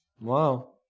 Wow